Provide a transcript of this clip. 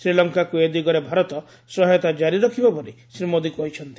ଶ୍ରୀଲଙ୍କାକୁ ଏ ଦିଗରେ ଭାରତ ସହାୟତା କାରି ରଖିବ ବୋଲି ଶ୍ରୀ ମୋଦୀ କହିଛନ୍ତି